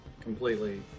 completely